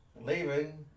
Leaving